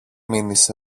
μείνεις